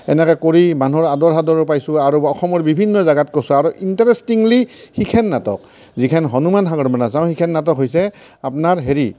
এনেকৈ কৰি মানুহৰ আদৰ সাদৰো পাইছোঁ আৰু অসমৰ বিভিন্ন জেগাত কৰিছোঁ আৰু ইণ্টাৰেষ্টিঙলি সেইখন নাটক যিখন হনুমান সাগৰ বন্ধা চাওঁ সেইখন নাটক হৈছে আপোনাৰ হেৰি